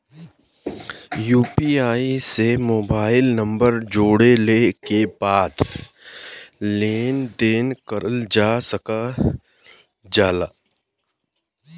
UPI से mobile number जोड़ले के बाद लेन देन करल जा सकल जाला